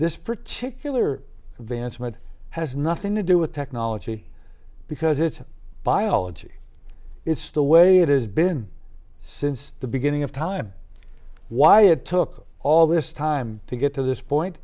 this particular advancement has nothing to do with technology because it's biology it's the way it has been since the beginning of time why it took all this time to get to this point